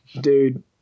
Dude